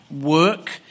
work